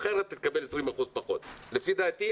אחרת תקבל 20%. לפי דעתי,